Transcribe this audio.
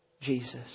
Jesus